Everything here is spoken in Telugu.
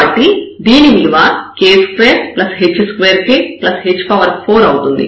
కాబట్టి దీని విలువ k2 h2k h4 అవుతుంది